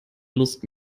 lust